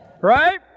Right